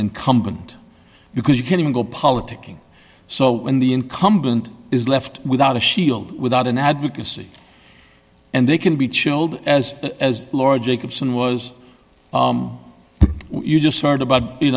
incumbent because you can even go politicking so when the incumbent is left without a shield without an advocacy and they can be chilled as as laura jacobson was you just heard about you